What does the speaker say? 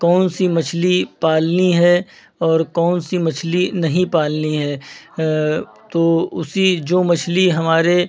कौन सी मछली पालनी है और कौन सी मछली नहीं पालनी है तो उसी जो मछली हमारे